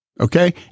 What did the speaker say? Okay